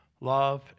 love